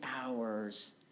hours